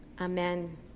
Amen